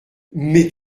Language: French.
mais